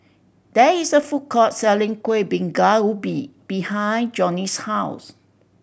there is a food court selling Kueh Bingka Ubi behind Johnny's house